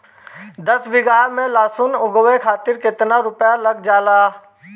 दस बीघा में लहसुन उगावे खातिर केतना रुपया लग जाले?